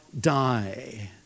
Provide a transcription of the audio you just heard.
die